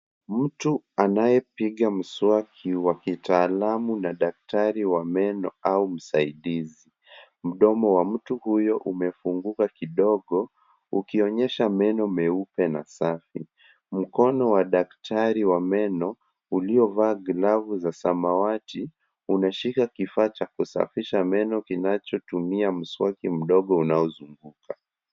Mtu anayepiga mswaki wa kitaalamu na daktari wa meno au msaidizi. Mdomo wa mtu huyo umefunguka kidogo, ukionyesha meno meupe na safi. Mkono wa daktari wa meno, uliovaa glavu za samawati, unashika kifaa cha kusafisha meno kinachotumia mswaki mdogo unaozunguka.